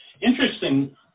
Interesting